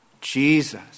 Jesus